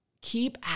keep